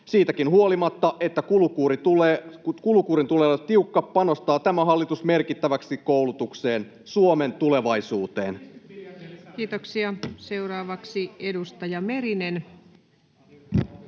Siitäkin huolimatta, että kulukuurin tulee olla tiukka, panostaa tämä hallitus merkittävästi koulutukseen, Suomen tulevaisuuteen. [Antti Kurvinen: